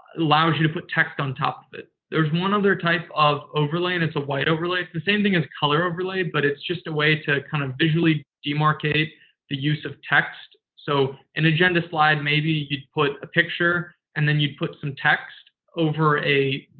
allows you to put text on top of it. there's one other type of overlay, and it's a white overlay. so, same thing as color overlay, but it's just a way to kind of visually demarcate the use of text. so, an agenda slide, maybe you'd put a picture and then you'd put some text over a.